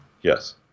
Yes